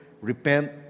repent